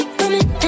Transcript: women